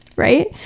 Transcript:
Right